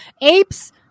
apes